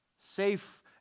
safe